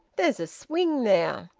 there's a swing there.